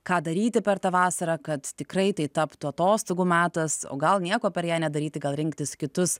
ką daryti per tą vasarą kad tikrai tai taptų atostogų metas o gal nieko per ją nedaryti gal rinktis kitus